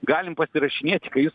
galim pasirašinėti kai jūs